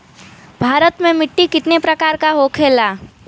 भारत में मिट्टी कितने प्रकार का होखे ला?